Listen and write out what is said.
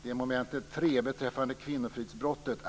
Det gäller mom. 3 beträffande kvinnofridsbrottet.